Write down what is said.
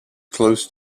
close